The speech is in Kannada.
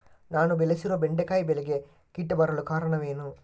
ನಾನು ಬೆಳೆಸಿರುವ ಬೆಂಡೆಕಾಯಿ ಬೆಳೆಗೆ ಕೀಟ ಬರಲು ಕಾರಣವೇನು?